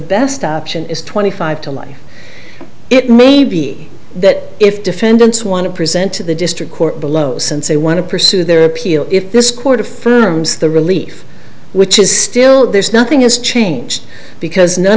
option is twenty five to life it may be that if defendants want to present to the district court below since they want to pursue their appeal if this court affirms the relief which is still there's nothing is changed because none